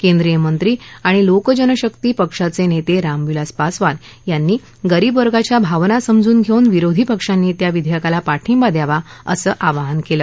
केंद्रीय मंत्री आणि लोकजनशक्ती पक्षाचे नेते रामविलास पासवान यांनी गरीब वर्गाच्या भावना समजून घेऊन विरोधी पक्षांनी त्या विधेयकाला पाठिंबा द्यावा असं आवाहन केलं